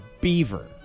beaver